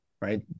right